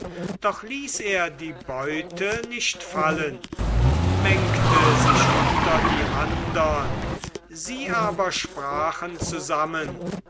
doch ließ er die beute nicht fallen mengte sich unter die andern sie aber sprachen zusammen